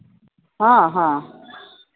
ᱦᱮᱸ ᱦᱮᱸ